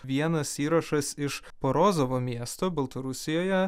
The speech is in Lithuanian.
vienas įrašas iš porozavo miesto baltarusijoje